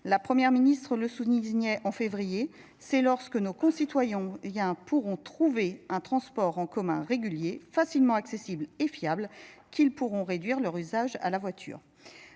La 1ʳᵉ ministre le soulignait en février, c'est lorsque nos concitoyens pourront trouver un transport en commun régulier, facilement accessibles et fiables qu'ils pourront réduire leur usage à la voiture.